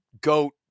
GOAT